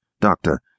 doctor